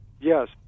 Yes